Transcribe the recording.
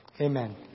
Amen